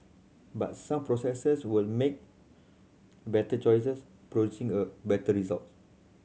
but some processes will make better choices producing a better result